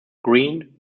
green